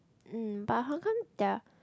mm but how come their